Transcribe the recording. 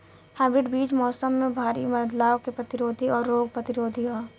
hybrid बीज मौसम में भारी बदलाव के प्रतिरोधी और रोग प्रतिरोधी ह